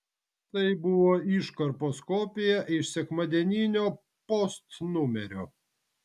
tai buvo iškarpos kopija iš sekmadieninio post numerio